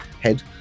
head